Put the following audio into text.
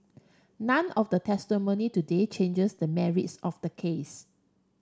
none of the testimony today changes the merits of the case